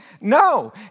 No